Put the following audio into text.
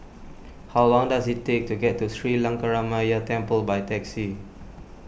how long does it take to get to Sri Lankaramaya Temple by taxi